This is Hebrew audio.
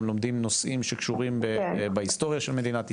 גם לומדים נושאים שקשורים בהיסטוריה של מדינת ישראל,